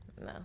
No